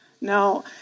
No